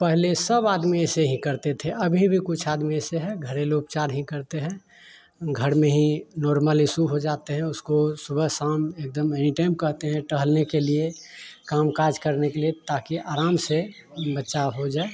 पहले सब आदमी ऐसे ही करते थे अभी भी कुछ आदमी ऐसे हैं घरेलू उपचार ही करते हैं घर में ही नॉर्मल इसू हो जाते हैं उसको सुबह शाम एकदम एनी टैम कहते हैं टहलने के लिए काम काज करने के लिए ताकि आराम से बच्चा हो जाए